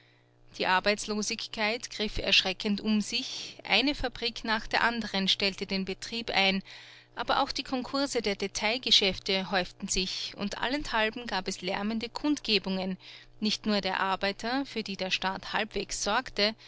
die arbeitslosigkeit griff erschreckend um sich eine fabrik nach der anderen stellte den betrieb ein aber auch die konkurse der detailgeschäfte häuften sich und allenthalben gab es lärmende kundgebungen nicht nur der arbeiter für die der staat halbwegs sorgte